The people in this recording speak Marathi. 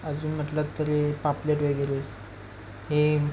अजून म्हटलं तरी पापलेट वगैरेच हे